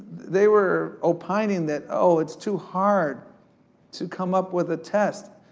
they were opining that, oh, it's too hard to come up with a test.